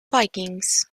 vikings